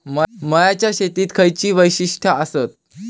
मळ्याच्या शेतीची खयची वैशिष्ठ आसत?